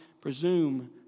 presume